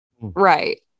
right